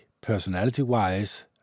personality-wise